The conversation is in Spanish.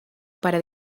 para